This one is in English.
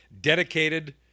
dedicated